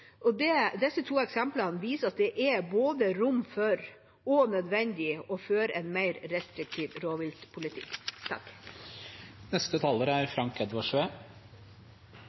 Disse to eksemplene viser at det er både rom for og nødvendig å føre en mer restriktiv